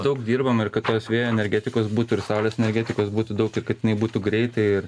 daug dirbame ir kad tos vėjo energetikos būtų ir saulės energetikos būtų daug kad jinai būtų greitai